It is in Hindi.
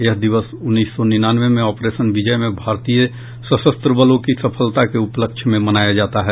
यह दिवस उन्नीस सौ निन्यानवे में ऑपरेशन विजय में भारतीय सशस्त्र बलों की सफलता के उपलक्ष्य में मनाया जाता है